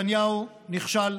נתניהו נכשל.